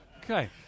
Okay